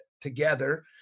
together